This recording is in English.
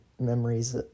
memories